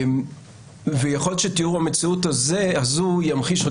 יכול להיות שתיאור המציאות הזו ימחיש עוד